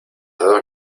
dos